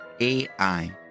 AI